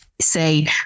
say